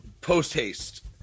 Post-haste